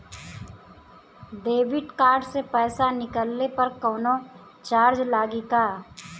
Debit card से पैसा निकलले पर कौनो चार्ज लागि का?